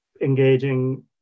engaging